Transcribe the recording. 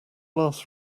last